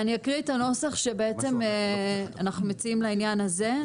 אני אקריא את הנוסח שאנחנו מציעים לעניין הזה,